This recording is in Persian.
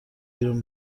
بیرون